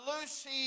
Lucy